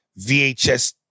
VHS